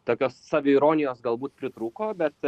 tokios saviironijos galbūt pritrūko bet